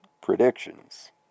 Predictions